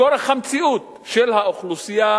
מכורח המציאות של האוכלוסייה,